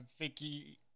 Vicky